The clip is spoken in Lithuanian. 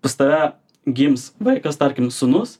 pas tave gims vaikas tarkim sūnus